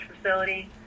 facility